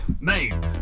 Main